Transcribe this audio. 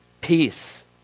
Peace